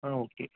ஆ okay